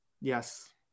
Yes